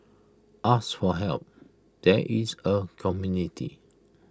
ask for help there is A community